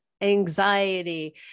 anxiety